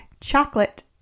chocolate